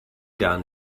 gar